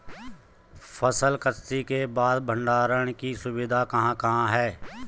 फसल कत्सी के बाद भंडारण की सुविधाएं कहाँ कहाँ हैं?